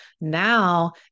now